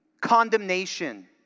condemnation